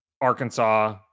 Arkansas